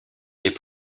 est